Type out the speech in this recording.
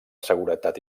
seguretat